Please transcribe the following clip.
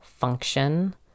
function